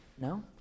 No